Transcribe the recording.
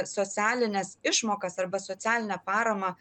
socialines išmokas arba socialinę paramą